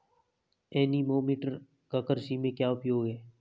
Anemometer का कृषि में क्या उपयोग है?